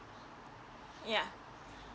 yeah